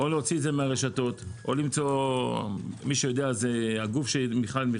או להוציא את זה מהרשתות הגוף שמחזר,